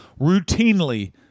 routinely